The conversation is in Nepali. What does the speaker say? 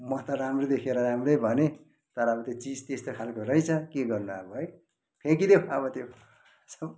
म त राम्रो देखेर राम्रै भने तर अब चिज त्यस्तो खालको रहेछ के गर्नु अब है फ्याँकिदेऊ अब त्यो सब